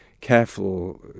careful